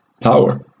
power